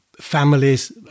families